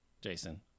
Jason